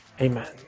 Amen